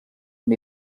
amb